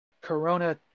Corona